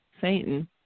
Satan